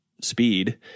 speed